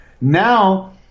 Now